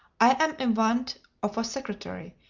i am in want of a secretary,